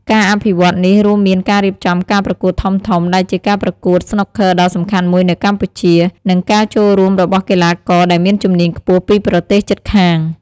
ការអភិវឌ្ឍន៍នេះរួមមានការរៀបចំការប្រកួតធំៗដែលជាការប្រកួតស្នូកឃ័រដ៏សំខាន់មួយនៅកម្ពុជា និងការចូលរួមរបស់កីឡាករដែលមានជំនាញខ្ពស់ពីប្រទេសជិតខាង។